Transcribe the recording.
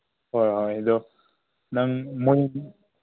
ꯍꯣꯏ ꯍꯣꯏ ꯑꯗꯨ ꯅꯪ ꯃꯣꯏ